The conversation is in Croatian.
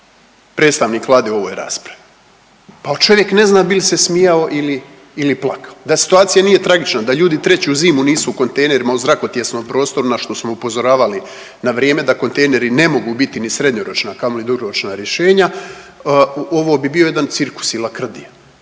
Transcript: predstavnik Vlade u ovoj raspravi. Pa čovjek ne zna bi li se smijao ili plakao. Da situacije nije tragična, da ljudi 3 zimu nisu u kontejnerima u zrakotjesnom prostoru na što smo upozoravali na vrijeme, da kontejneri ne mogu biti srednjoročna, a kamoli dugoročna rješenja ovo bi bio jedan cirkus i lakrdija